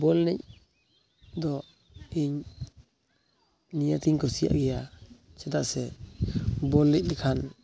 ᱵᱚᱞ ᱮᱱᱮᱡ ᱫᱚ ᱤᱧ ᱱᱤᱭᱟᱹᱛᱮᱧ ᱠᱩᱥᱤᱭᱟᱜ ᱜᱮᱭᱟ ᱪᱮᱫᱟᱜ ᱥᱮ ᱵᱚᱞ ᱮᱱᱮᱡ ᱞᱮᱠᱷᱟᱱ